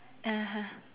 (uh huh)